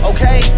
Okay